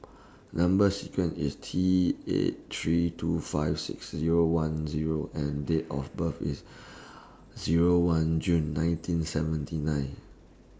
Number sequence IS T eight three two five six Zero one Zero and Date of birth IS Zero one June nineteen seventy nine